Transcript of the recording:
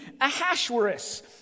Ahasuerus